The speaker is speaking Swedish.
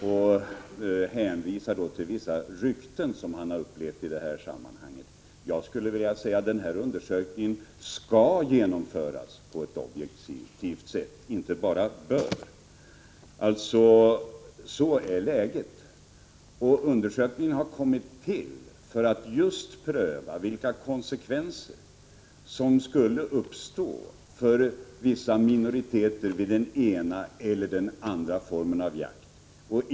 Han hänvisar till vissa rykten i sammanhanget. Jag skulle vilja säga att den här undersökningen skall genomföras på ett objektivt sätt, inte bara bör. Sådant är alltså läget. Undersökningen har kommit till just för att pröva vilka konsekvenser som skulle uppstå för vissa minoriteter vid den ena eller den andra formen av jakt.